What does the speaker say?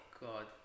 God